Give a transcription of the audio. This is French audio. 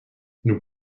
nous